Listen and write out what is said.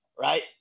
right